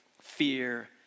fear